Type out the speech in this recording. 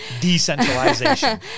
Decentralization